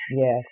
Yes